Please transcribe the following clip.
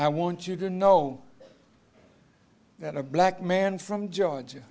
i want you to know that a black man from georgia